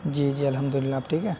جی جی الحمد للہ آپ ٹھیک ہیں